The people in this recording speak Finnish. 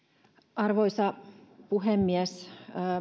arvoisa puhemies